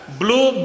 blue